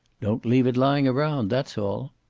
don't leave it lying around. that's all.